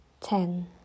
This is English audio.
Ten